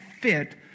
fit